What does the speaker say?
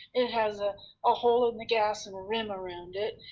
it has a ah hole in the gas and rim around it,